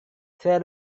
saya